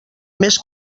més